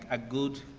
a, a good,